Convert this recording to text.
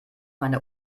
meine